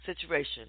situation